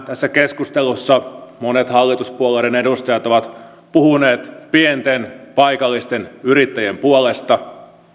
tässä keskustelussa monet hallituspuolueiden edustajat ovat puhuneet pienten paikallisten yrittäjien puolesta